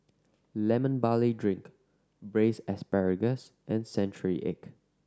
Lemon Barley Drink Braised Asparagus and century egg